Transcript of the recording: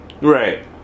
right